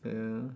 ya